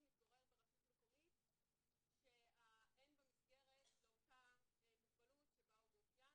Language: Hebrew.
מתגורר ברשות מקומית שאין בה מסגרת לאותה מוגבלות שבה הוא מאופיין,